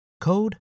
code